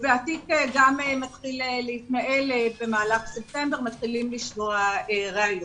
התיק מתחיל להתנהל במהלך ספטמבר ומתחילים לשמוע ראיות.